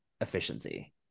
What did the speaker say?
efficiency